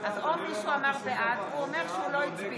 או שמישהו אמר בעד, הוא אומר שהוא לא הצביע.